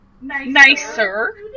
Nicer